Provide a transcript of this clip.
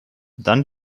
dann